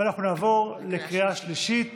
נעבור לקריאה שלישית